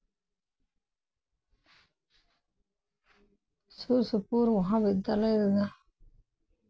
ᱥᱩᱨ ᱥᱩᱯᱩᱨ ᱢᱚᱦᱟ ᱵᱤᱫᱽᱫᱟᱞᱚᱭ ᱨᱮᱱᱟᱜ